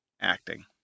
acting